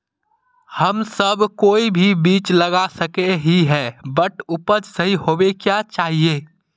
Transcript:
हम सब कोई भी बीज लगा सके ही है बट उपज सही होबे क्याँ चाहिए?